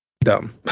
dumb